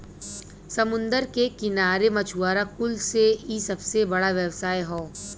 समुंदर के किनारे मछुआरा कुल से इ सबसे बड़ा व्यवसाय हौ